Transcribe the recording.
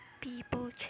people